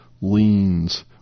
leans